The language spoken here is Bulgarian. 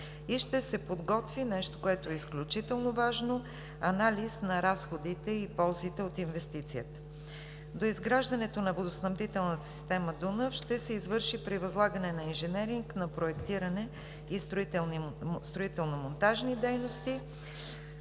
и ще се подготви нещо, което е изключително важно, анализ на разходите и ползите от инвестицията. Доизграждането на водоснабдителната система „Дунав“ ще се извърши при възлагане на инженеринг на проектиране и строително- монтажни дейности,